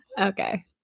okay